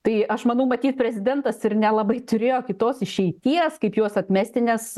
tai aš manau matyt prezidentas ir nelabai turėjo kitos išeities kaip juos atmesti nes